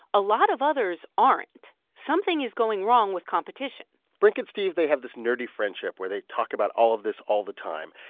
a lot of others aren't. something is going wrong with competition brink and steve, they have this nerdy friendship where they talk about all of this all the time.